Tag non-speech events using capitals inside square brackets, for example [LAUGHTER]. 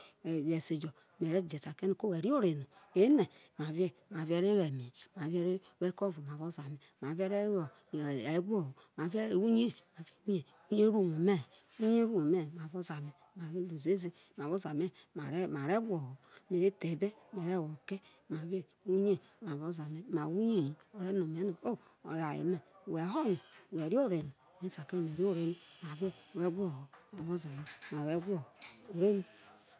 Yo esejo me re je ta kie no we re ore no marie re wo me he mavee re eko vo mavo oza me marie re wo egwo ho mavre uye uye ro uwo me he uye ro uwo me he mavo oza me, mare lu ziezi mavo oza me mare gwoho mere the ebe mere wo kei mane uye mavo oza ma ma wo uye he ore no me no o aye me [NOISE] we ho no we re ore no me ve ta kie no me re ore no marie wo ewoho ma vo oza me wo owo oreno.